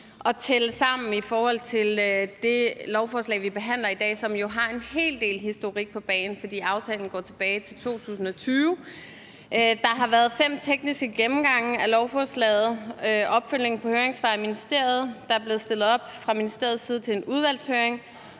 at tælle sammen i forhold til det lovforslag, vi behandler i dag, som jo har en hel del historik på bagen, fordi aftalen går tilbage til 2020: Der har været fem tekniske gennemgange af lovforslaget; der har været opfølgning på høringssvarene i ministeriet; der er fra ministeriets side blevet stillet op til en udvalgshøring;